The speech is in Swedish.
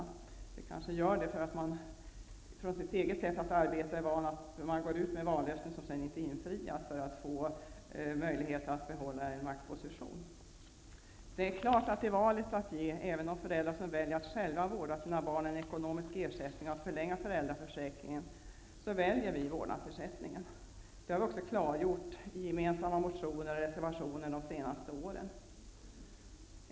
Men det kanske gör det eftersom socialdemokraterna från sitt eget sätt att arbeta är vana att, för att få möjlighet att behålla en maktposition, gå ut med ett vallöfte som man sedan inte infriar. I valet mellan att ge även de föräldrar som väljer att själva vårda sina barn en ekonomisk ersättning och att förlänga föräldraförsäkringen, väljer vi vårdnadsersättningen. Det har vi klargjort i gemensamma motioner och reservationer under de senaste åren.